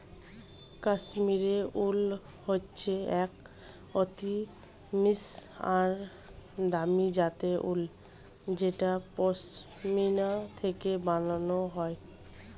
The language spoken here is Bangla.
কাশ্মীরি উল হচ্ছে এক অতি মসৃন আর দামি জাতের উল যেটা পশমিনা থেকে বানানো হয়